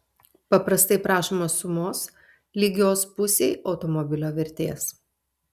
paprastai prašoma sumos lygios pusei automobilio vertės